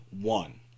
one